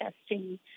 testing